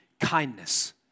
kindness